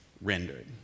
rendered